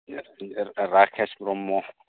Rakesh Brahma